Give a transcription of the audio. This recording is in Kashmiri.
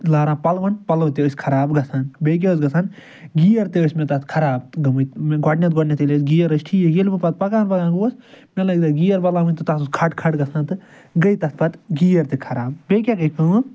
لاران پَلون پَلو تہِ ٲسۍ خراب گژھان بیٚیہِ کیٛاہ ٲسۍ گژھان گِیر تہِ ٲسۍ مےٚ تَتھ خراب گٔٔمٕتۍ گۄڈٕنیٚتھ گۄڈٕنیٚتھ ییٚلہِ اَتھ گِیر ٲسۍ ٹھیٖک ییٚلہِ بہٕ پَتہٕ پَکان پَکان گوس مےٚ لٲگۍ گِیر بدلاؤنۍ تہٕ تَتھ اوس کَھٹ کھٹ گژھان تہٕ گٔے تَتھ پتہٕ گِیر تہِ خراب بیٚیہِ کیٛاہ گے کٲم